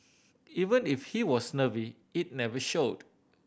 even if he was nervy it never showed